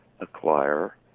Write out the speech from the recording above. acquire